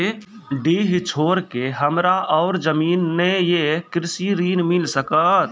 डीह छोर के हमरा और जमीन ने ये कृषि ऋण मिल सकत?